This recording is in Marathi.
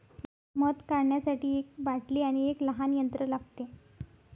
मध काढण्यासाठी एक बाटली आणि एक लहान यंत्र लागते